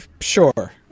sure